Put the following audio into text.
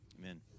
Amen